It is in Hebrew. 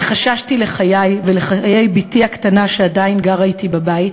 וחששתי לחיי ולחיי בתי הקטנה שעדיין גרה אתי בבית,